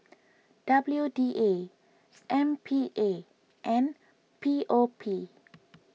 W D A M P A and P O P